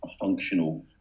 functional